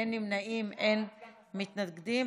אין נמנעים, אין מתנגדים.